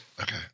Okay